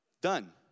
done